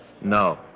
No